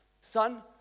Son